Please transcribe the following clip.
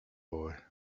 boy